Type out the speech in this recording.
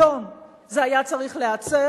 היום זה היה צריך להיעצר.